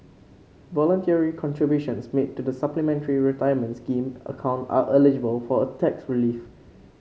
voluntary contributions made to the Supplementary Retirement Scheme account are eligible for a tax relief